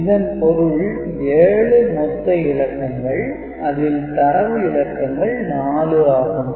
இதன் பொருள் 7 மொத்த இலக்கங்கள் அதில் தரவு இலக்கங்கள் 4 ஆகும்